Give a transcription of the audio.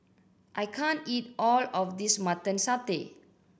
I can't eat all of this Mutton Satay